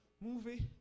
movie